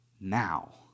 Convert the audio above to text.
now